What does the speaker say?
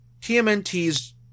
TMNT's